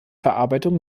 verarbeitung